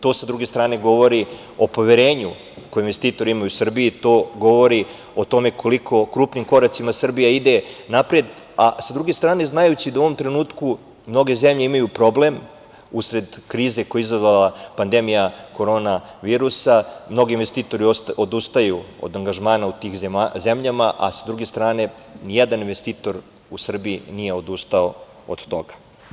To sa druge strane govori o poverenju koje investitori imaju u Srbiji, i to govori o tome koliko krupnim koracima Srbija ide napred, a sa druge strane, znajući da u ovom trenutku mnoge zemlje imaju problem, usred krize koju je izazvala pandemija Korona virusa i mnogi investitori odustaju od angažmana u tim zemljama, a sa druge strane, nijedan investitor nije odustao u Srbiji od toga.